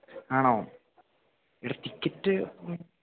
ആണോ എടാ ടിക്കറ്റ് മ്മ്